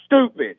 stupid